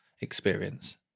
experience